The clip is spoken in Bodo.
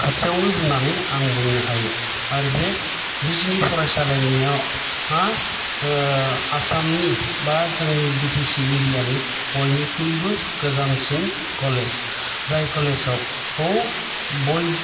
खाथियावनो होन्नानै आं बुंनो हायो आरो बे बिजनि फरायसालिमाया आसामनि बा जोंनि बि टि सि एरिया नि बयनिख्रुइबो गोजामसिन कलेज जाय कलेजाव औ बयबो